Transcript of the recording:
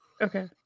Okay